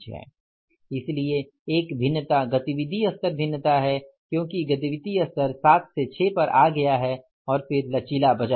इसलिए एक भिन्नता गतिविधि स्तर भिन्नता है क्योंकि गतिविधि स्तर 7 से ६ पर आ गया है और फिर लचीला बजट